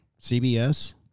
CBS